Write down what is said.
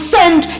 send